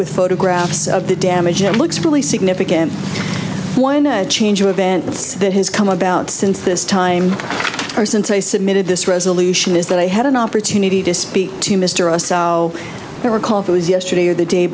with photographs of the damage and looks really significant when a change of events that has come about since this time or since i submitted this resolution is that i had an opportunity to speak to mr a so there were calls it was yesterday or the day